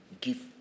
give